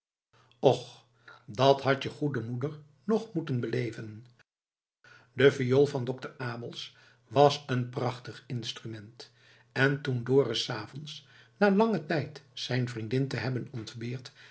och dat had je goede moeder nog moeten beleven de viool van dokter abels was een prachtig instrument en toen dorus s avonds na langen tijd zijn vriendin te hebben ontbeerd